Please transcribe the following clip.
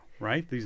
right